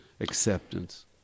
acceptance